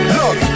look